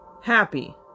happy